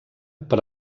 per